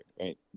right